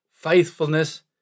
faithfulness